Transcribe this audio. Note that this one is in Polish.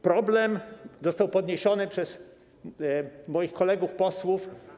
Problem został podniesiony przez moich kolegów posłów.